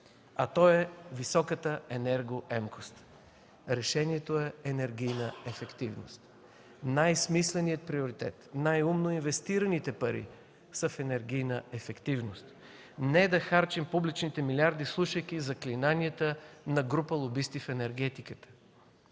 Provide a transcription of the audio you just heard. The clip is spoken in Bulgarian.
а той е високата енергоемкост. Решението е енергийна ефективност. Най-смисленият приоритет, най-умно инвестираните пари, са в енергийна ефективност. Не да харчим публичните милиарди, слушайки заклинанията на група лобисти в енергетиката,